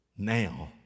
now